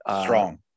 Strong